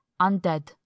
undead